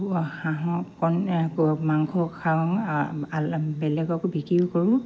হাঁহৰ কণ মাংস খাওঁ বেলেগকো বিক্ৰীও কৰোঁ